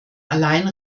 allein